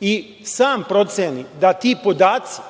i sam proceni da ti podaci